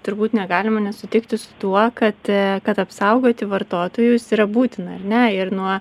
turbūt negalima nesutikti su tuo kad kad apsaugoti vartotojus yra būtina ar ne ir nuo